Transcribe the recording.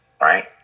right